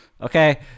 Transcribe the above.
Okay